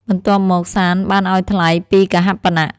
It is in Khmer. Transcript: បន្ទាប់មក សាន្តបានឱ្យថ្លៃពីរកហាបណៈ។